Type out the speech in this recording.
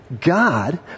God